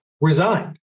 resigned